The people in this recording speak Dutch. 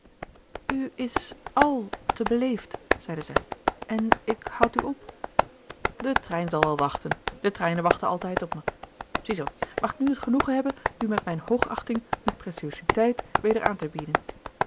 is al te beleefd zeide zij en ik houd u op de trein zal wel wachten de treinen wachten altijd gerard keller het testament van mevrouw de tonnette op me zie zoo mag ik nu het genoegen hebben u met mijn hoogachting uw preciositeit weder aan te bieden